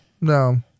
No